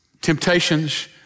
Temptations